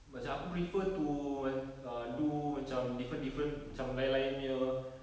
macam aku prefer to err ah do macam different different macam lain-lain punya